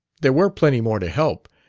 there were plenty more to help,